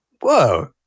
Whoa